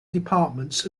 departments